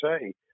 say